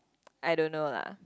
I don't know lah